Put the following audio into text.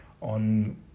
on